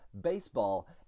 baseball